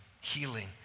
healing